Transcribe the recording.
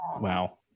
wow